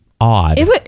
odd